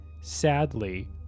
sadly